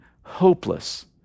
hopeless